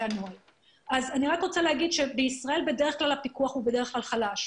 אני רוצה להגיד שבישראל הפיקוח הוא בדרך כלל חלש.